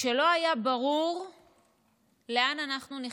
כשלא היה ברור לאן אנחנו נכנסים,